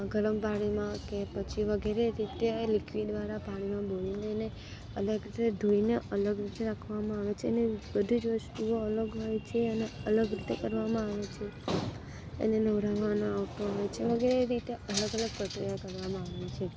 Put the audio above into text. ગરમ પાણીમાં કે વગેરે રીતે લિક્વિડવાળા પાણીમાં બોળીને એને અલગ રીતે ધોઈને અલગ રીતે રાખવામાં આવે છે અને બધી જ વસ્તુઓ અલગ હોય છે અને અલગ રીતે કરવામાં આવે છે એને નવડાવવામાં આવતો હોય છે વગેરે રીતે અલગ અલગ પ્રક્રિયા કરવામાં આવે છે